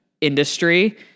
industry